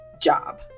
job